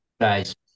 guys